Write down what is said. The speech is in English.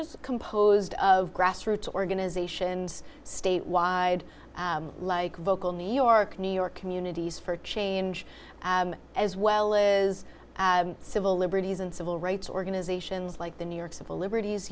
is composed of grassroots organizations statewide vocal new york new york communities for change as well is civil liberties and civil rights organizations like the new york civil liberties